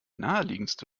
naheliegendste